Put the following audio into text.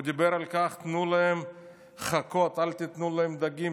הוא דיבר: תנו להם חכות, אל תיתנו להם דגים.